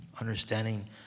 understanding